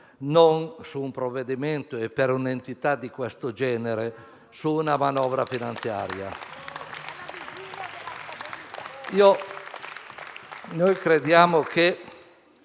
non su un provvedimento e per un'entità di questo genere su una manovra finanziaria. Crediamo che